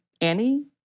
Annie